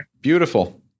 Beautiful